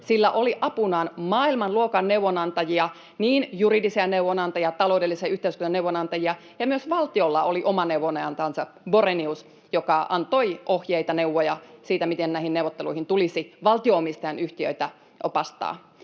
sillä oli apunaan maailmanluokan neuvonantajia, niin juridisia neuvonantaja kuin taloudellisen yhteistyön neuvonantajia, ja valtiolla myös oli oma neuvonantajansa Borenius, joka antoi ohjeita, neuvoja siitä, miten näihin neuvotteluihin tulisi valtio-omistajan yhtiöitä opastaa.